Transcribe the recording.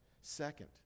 Second